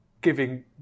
giving